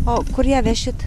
o kur ją vešit